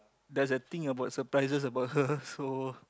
does that thing about surprises about her so